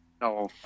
No